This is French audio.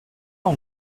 pas